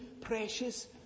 precious